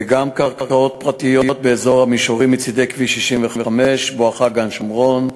וגם קרקעות פרטיות באזור המישורים מצדי כביש 65 בואכה גן-שומרון,